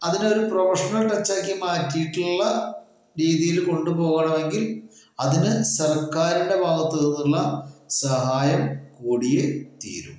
അതിനെയൊരു professional ടച്ചാക്കി മാറ്റിയിട്ടുള്ള രീതിയിൽ കൊണ്ടു പോകണമെങ്കിൽ അതിന് സർക്കാരിൻ്റെ ഭാഗത്തു നിന്നുള്ള സഹായം കൂടിയേ തീരു